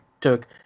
Took